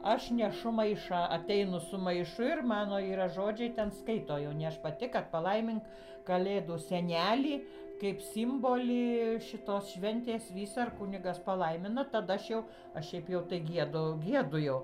aš nešu maišą ateinu su maišu ir mano yra žodžiai ten skaito jau ne aš pati kad palaimink kalėdų senelį kaip simbolį šitos šventės visą ir kunigas palaimina tada aš jau aš šiaip jau tai giedu giedu jau